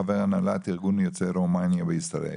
חבר הנהלת ארגון יוצאי רומניה בישראל.